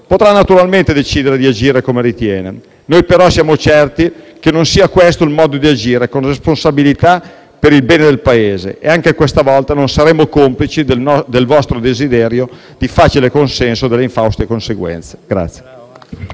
potrà naturalmente decidere di agire come ritiene; noi, però, siamo certi che non sia questo il modo di agire con responsabilità e per il bene del Paese, e anche questa volta non saremo complici del vostro desiderio di facile consenso dalle infauste conseguenze.